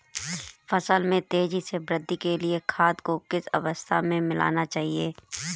फसल में तेज़ी से वृद्धि के लिए खाद को किस अवस्था में मिलाना चाहिए?